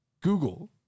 Google